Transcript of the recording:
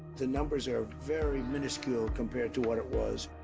the numbers are very miniscule compared to what it was.